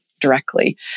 directly